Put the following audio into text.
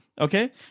Okay